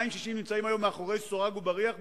260 בסטטוסים שונים נמצאים היום מאחורי סורג ובריח.